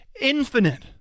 infinite